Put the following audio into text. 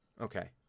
Okay